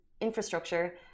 infrastructure